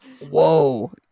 Whoa